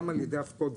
גם על ידי אבקות,